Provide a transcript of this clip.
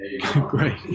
Great